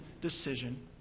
decision